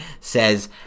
says